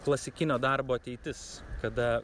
klasikinio darbo ateitis kada